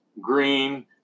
Green